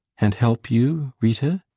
and help you, rita?